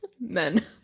Men